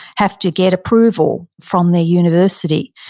have to get approval from the university.